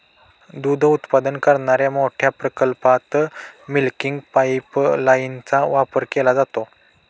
दूध उत्पादन करणाऱ्या मोठ्या प्रकल्पात मिल्किंग पाइपलाइनचा वापर केला जातो